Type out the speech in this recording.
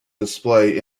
display